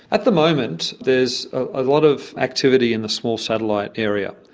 at the moment there's a lot of activity in the small satellite area.